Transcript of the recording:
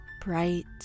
bright